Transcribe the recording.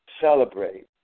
celebrate